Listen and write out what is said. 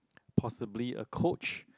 possibly a coach